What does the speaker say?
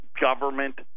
government